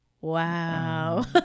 wow